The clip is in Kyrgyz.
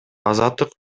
азаттык